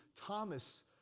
Thomas